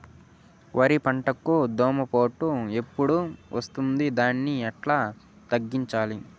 వరి పంటకు దోమపోటు ఎప్పుడు వస్తుంది దాన్ని ఎట్లా తగ్గించాలి?